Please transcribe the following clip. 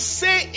say